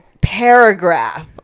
paragraph